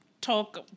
talk